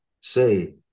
say